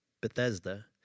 Bethesda